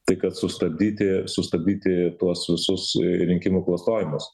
tai kad sustabdyti sustabdyti tuos visus rinkimų klastojimus